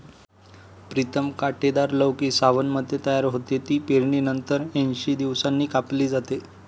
प्रीतम कांटेदार लौकी सावनमध्ये तयार होते, ती पेरणीनंतर ऐंशी दिवसांनी कापली जाते